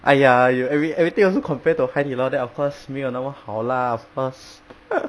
!aiya! you every everything also compared to hai di lao then of course 没有那么好啦 first